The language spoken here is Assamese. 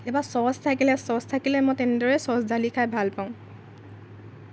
কেতিয়াবা চচ থাকিলে চচ থাকিলে মই তেনেদৰে চচ ঢালি খাই ভাল পাওঁ